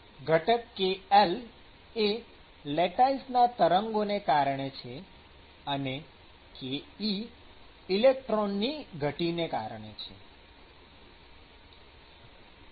ઘટક kl એ લેટાઈસના તરંગોને કારણે છે અને ke ઇલેક્ટ્રોનની ગતિને કારણે છે